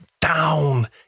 down